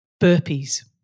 burpees